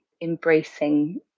embracing